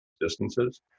distances